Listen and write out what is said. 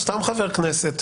סתם חבר כנסת.